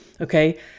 Okay